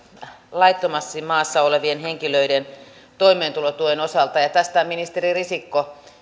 laittomasti maassa olevien henkilöiden toimeentulotuen osalta ja ja ministeri risikko